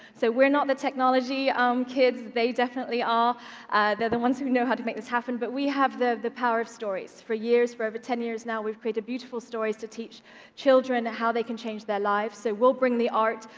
so we're not the technology um kids. they definitely are. they're the ones who know how to make this happen. but we have the the power of stories. for over ten years now, we've created beautiful stories to teach children how they can change their lives. so we'll bring the art,